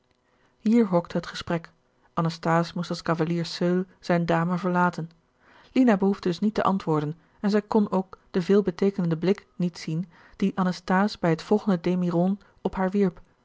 hier hokte het gesprek anasthase moest als cavalier seul zijne dame verlaten lina behoefde dus niet te antwoorden en zij kon ook den veelbeteekenenden blik niet gerard keller het testament van mevrouw de tonnette zien dien anasthase bij het volgende demi rond op haar wierp